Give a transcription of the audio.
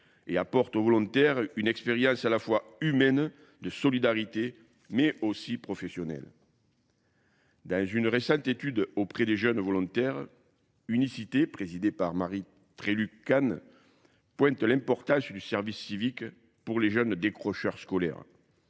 et apporte au volontaire une expérience à la fois humaine de solidarité, mais aussi professionnelle. Dans une récente étude auprès des jeunes volontaires, Unicité, présidée par Marie Trélu-Cannes, pointe l'importance du service civique pour les jeunes décrocheurs scolaires.